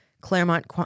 Claremont